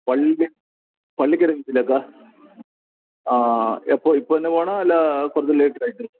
വള്ളി വള്ളി എപ്പോൾ ഇപ്പോന്ന വേണോ അല്ല കുറച്ച് ലേറ്റ് ആയിട്ട് മതിയോ